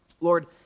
Lord